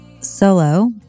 solo